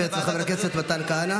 בישיבה הזו התגלה כיצד השר לביטחון לאומי